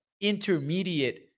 intermediate